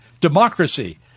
democracy